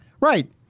Right